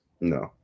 No